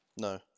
No